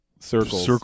Circles